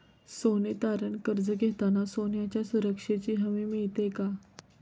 सोने तारण कर्ज घेताना सोन्याच्या सुरक्षेची हमी मिळते का?